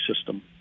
system